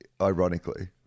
ironically